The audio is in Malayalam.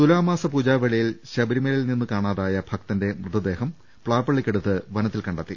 തുലാമാസ പൂജാവേളയിൽ ശബരിമലയിൽ നിന്ന് കാണാ തായ ഭക്തന്റെ മൃതദേഹം പ്ലാപ്പളളിക്കടുത്ത് വനത്തിൽ കണ്ടെ ത്തി